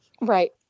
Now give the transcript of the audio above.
Right